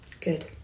Good